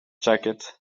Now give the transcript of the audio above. jacket